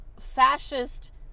fascist